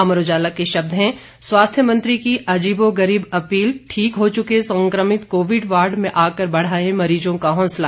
अमर उजाला के शब्द हैं स्वास्थ्य मंत्री की अजीबोगरीब अपील ठीक हो चुके संक्रमित कोविड वार्ड में आकर बढ़ाएं मरीजों का हौसला